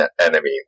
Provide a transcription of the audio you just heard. enemy